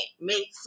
make